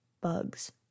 bugs